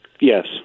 Yes